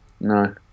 No